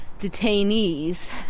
detainees